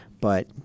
but-